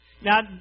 Now